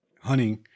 hunting